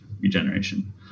regeneration